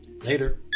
Later